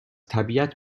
طبیعت